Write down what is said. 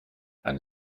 and